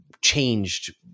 changed